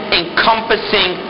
encompassing